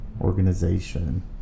organization